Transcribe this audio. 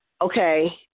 okay